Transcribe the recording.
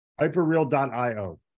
hyperreal.io